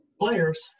players